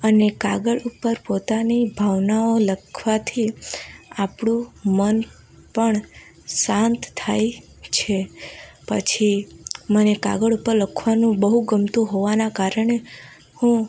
અને કાગળ ઉપર પોતાની ભાવનાઓ લખવાથી આપણું મન પણ શાંત થાય છે પછી મને કાગળ ઉપર લખવાનું બહુ ગમતું હોવાના કારણે હું